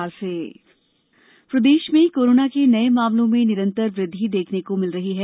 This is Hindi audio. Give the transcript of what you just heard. प्रदेश कोरोना प्रदेश में कोरोना के नये मामलों में निरंतर वृद्धि देखने को मिल रही है